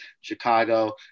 Chicago –